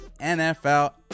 NFL